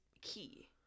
key